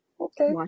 Okay